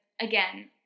again